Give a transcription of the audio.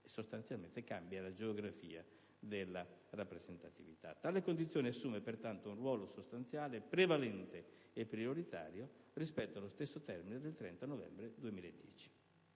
sostanzialmente, cambierebbe la geografia della rappresentatività. Tale condizione assume pertanto un ruolo sostanziale, prevalente e prioritario rispetto allo stesso termine del 30 novembre 2010.